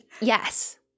Yes